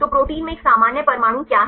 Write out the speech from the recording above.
तो प्रोटीन में एक सामान्य परमाणु क्या है